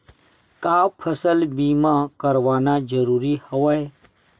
का फसल बीमा करवाना ज़रूरी हवय?